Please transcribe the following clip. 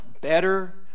better